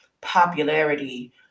popularity